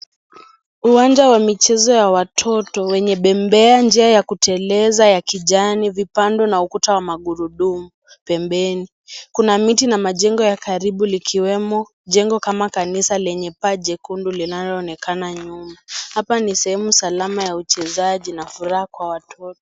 Uwanja wa michezo ya watoto wenye bembea njia ya kuteleza ya kijani zipandwe na ukuta wa magurudumu pembeni. Kuna miti na majengo ya karibu likiwemo jengo kama kanisa lenye paa jekundu linaonekana na nyuma, hapa ni sehemu za alama za uchezaji na furaha watoto.